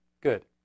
Good